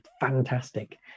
fantastic